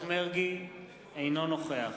אינו נוכח